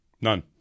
None